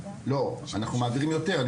לא, משרד החינוך מעביר יותר.